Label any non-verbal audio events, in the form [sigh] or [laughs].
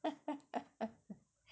[laughs]